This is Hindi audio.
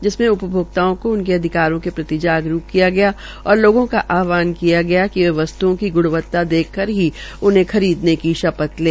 जिसमें उपभोक्ताओं को उसके अधिकारों को प्रति जागरूक किया गया और लोगों का आहवान किया गया वे वस्तुओं की गुणवता देखकर ही उन्हें खरीदने की शपथ लें